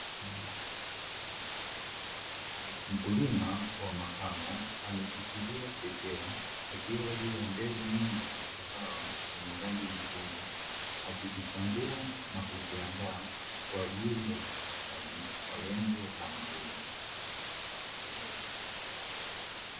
Mkulima wa makamo ameshikilia chepeo akiwa juu ya mbegu nyingi za kahawa zenye rangi nyekundu, akizichambua na kuziandaa kwa ajili ya uchakataji kwa lengo la mauzo.